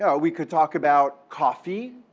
yeah we could talk about coffee,